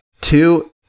Two